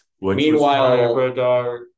Meanwhile